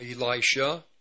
Elisha